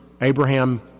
Abraham